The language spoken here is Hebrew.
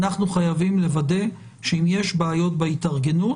אנחנו חייבים לוודא שאם יש בעיות בהתארגנות,